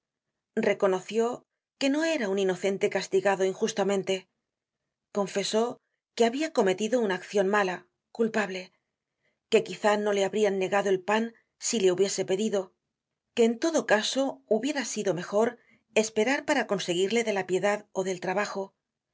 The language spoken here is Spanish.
reconoció que no era un inocente castigado injustamente confesó que habia cometido una accion mala culpable que quizá no le habrian negado el pan si le hubiese pedido que en todo caso hubiera sido mejor esperar para conseguirle de la piedad ó del trabajo